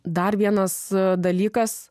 dar vienas dalykas